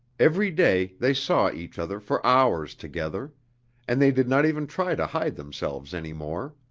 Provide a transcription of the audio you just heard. every day they saw each other for hours together and they did not even try to hide themselves any more.